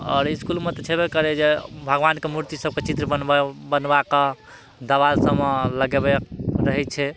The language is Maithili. आओर इसकुलमे तऽ छेबे करै जे भगवानके मूर्ति सबके चित्र बनब बनबा कऽ दबाइ सबमे लगेबै रहै छै